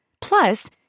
Plus